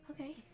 Okay